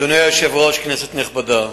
אדוני היושב-ראש, כנסת נכבדה,